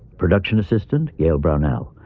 production assistant gale brownell.